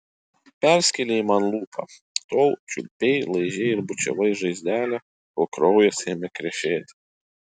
perskėlei man lūpą tol čiulpei laižei ir bučiavai žaizdelę kol kraujas ėmė krešėti